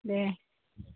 दे